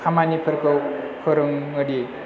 खामानिफोरखौ फोरोङोदि